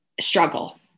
struggle